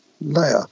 layer